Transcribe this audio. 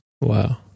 Wow